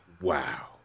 wow